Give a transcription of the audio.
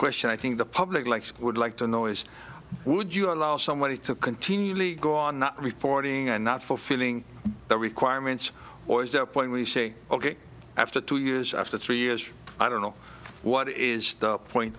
question i think the public would like to know is would you allow somebody to continually go on not reporting and not fulfilling their requirements or is their point we say ok after two years after three years i don't know what is the point